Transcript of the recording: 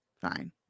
fine